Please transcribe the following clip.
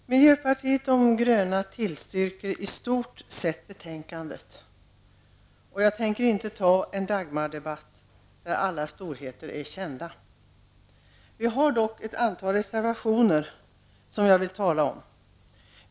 Herr talman! Miljöpartiet de gröna tillstyrker i stort sett utskottets hemställan, och jag tänker inte ta upp en Dagmardebatt där alla storheter är kända. Vi har dock avlämnat ett antal reservationer, som jag vill beröra.